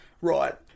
right